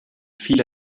viel